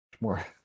more